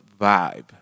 vibe